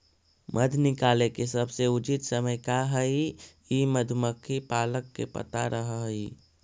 मध निकाले के सबसे उचित समय का हई ई मधुमक्खी पालक के पता रह हई